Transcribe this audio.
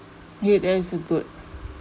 eh that's a good